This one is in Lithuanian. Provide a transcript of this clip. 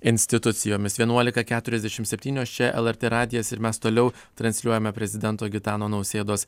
institucijomis vienuolika keturiasdešim setynios čia lrt radijas ir mes toliau transliuojame prezidento gitano nausėdos